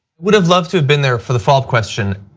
would've loved to been there for the follow up question.